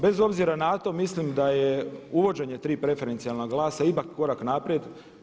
Bez obzira na to mislim da je uvođenje tri preferencijalna glasa ipak korak naprijed.